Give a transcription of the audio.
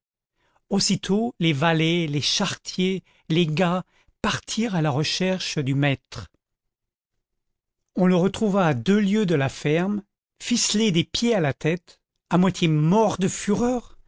aussitôt les valets les charretiers les gars partirent à la recherche du maître on le retrouva à deux lieues de la ferme ficelé des pieds à la tête à moitié mort de fureur